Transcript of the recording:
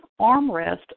armrest